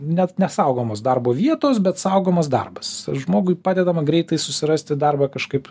net nesaugomos darbo vietos bet saugomas darbas žmogui padedama greitai susirasti darbą kažkaip